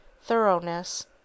thoroughness